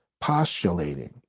postulating